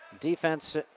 Defense